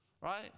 right